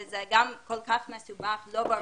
זה גם מאוד מסובך ולא ברור.